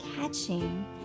catching